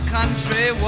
Country